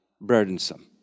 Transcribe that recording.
burdensome